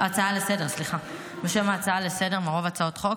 הצעה לסדר-היום, מרוב הצעות חוק.